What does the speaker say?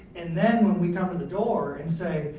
and then when we come to the door and say,